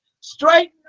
straight